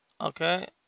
Okay